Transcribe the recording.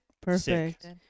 Perfect